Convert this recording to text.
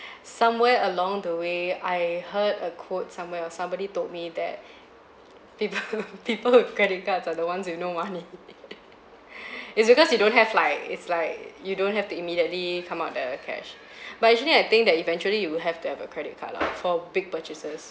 somewhere along the way I heard a quote somewhere or somebody told me that people people with credit cards are the ones with no money it's because you don't have like it's like you don't have to immediately come up with the cash but actually I think eventually you will have to have a credit card lah for big purchases